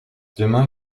demain